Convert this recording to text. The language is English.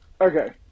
Okay